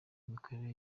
imikorere